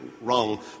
wrong